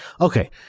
okay